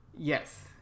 Yes